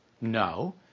no